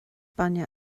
bainne